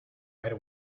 right